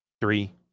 three